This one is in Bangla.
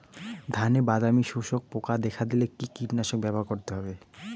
ধানে বাদামি শোষক পোকা দেখা দিলে কি কীটনাশক ব্যবহার করতে হবে?